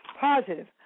positive